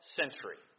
century